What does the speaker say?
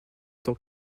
tant